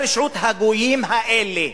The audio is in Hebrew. ברשעות הגויים האלה.